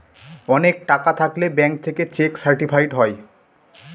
অনেক টাকা থাকলে ব্যাঙ্ক থেকে চেক সার্টিফাইড হয়